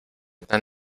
tan